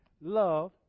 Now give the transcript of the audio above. love